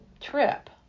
trip